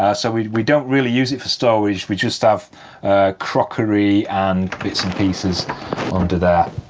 ah so we we don't really use it for storage, we just have crockery and bits and pieces under there.